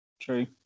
True